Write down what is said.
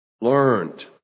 learned